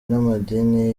n’amadini